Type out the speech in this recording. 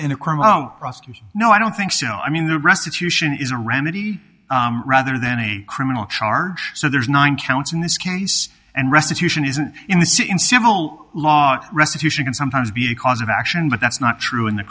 claim no i don't think so i mean the restitution is a remedy rather than a criminal charge so there's nine counts in this case and restitution isn't in the c in civil law restitution can sometimes be a cause of action but that's not true in the